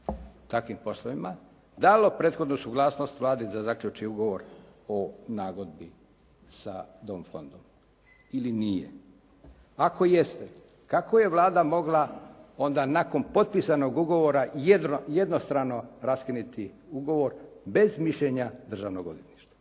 takvim poslovima dalo prethodno suglasnost Vladi da zaključi ugovor o nagodbi sa tim fondom ili nije. Ako jeste, kako je Vlada mogla onda nakon potpisanog ugovora jednostrano raskinuti ugovor bez mišljenja Državnog odvjetništva?